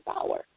power